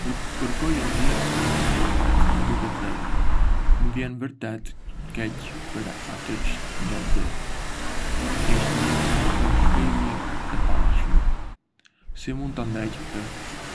Do të kërkoja ndjesë me sinqeritet, duke thënë: Më vjen vërtet keq për atë çë ndodhi. Ishte një mospërfillje e pafalshme. Si mund ta ndreq këtë?